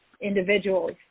individuals